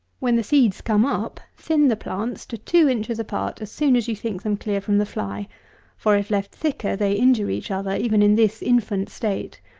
when the seeds come up, thin the plants to two inches apart as soon as you think them clear from the fly for, if left thicker, they injure each other even in this infant state.